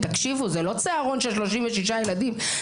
זה לא צהרון של 36 ילדים,